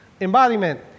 embodiment